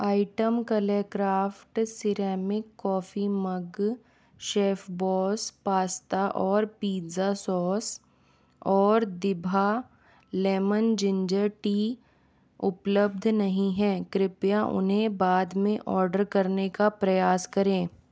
item clay craft ceramic coffee mug chef boss pasta और pizza sauce और दिभा lemon ginger tea उपलब्ध नहीं हैं कृपया उन्हें बाद में ऑर्डर करने का प्रयास करें